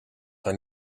daar